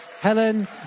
Helen